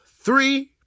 three